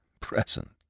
Present